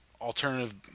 alternative